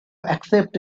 accept